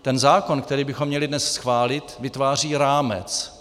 Ten zákon, který bychom měli dnes schválit, vytváří rámec.